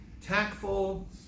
tactful